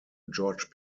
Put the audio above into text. george